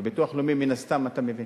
אתה מבין